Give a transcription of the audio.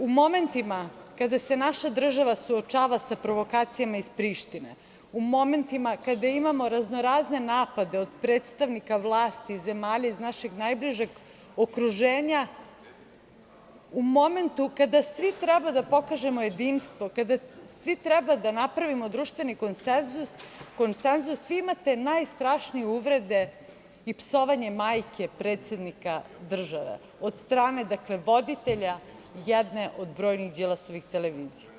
U momentima kada se naša država suočava sa provokacijama iz Prištine, u momentima kada imamo raznorazne napade od predstavnika vlasti zemalja iz našeg najbližeg okruženja, u momentu kada svi treba da pokažemo jedinstvo, kada svi treba da napravimo društveni konsenzus, vi imate najstrašnije uvrede i psovanje majke predsednika države od strane, dakle, voditelja jedne od brojnih Đilasovih televizija.